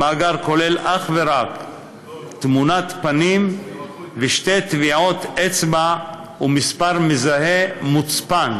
המאגר כולל אך ורק תמונת פנים ושתי טביעות אצבע ומספר מזהה מוצפן.